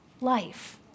life